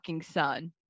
son